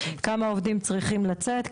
כמה עובדים צריכים לצאת,